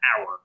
hour